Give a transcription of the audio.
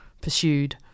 pursued